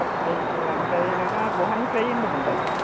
ओमफ्राय नोंथाङा बहानिफ्राय होन्दोंमोनलाय